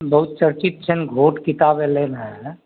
बहुत चर्चित छनि घोट किताब अयलनि हैं